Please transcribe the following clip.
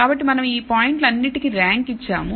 కాబట్టి మనం ఈ పాయింట్లు అన్నిటికీ ర్యాంకు ఇచ్చాము